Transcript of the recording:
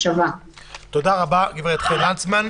תודה רבה, הגב' חן וונדרסמן.